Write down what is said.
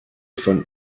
von